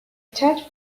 charge